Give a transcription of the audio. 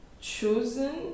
chosen